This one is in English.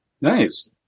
Nice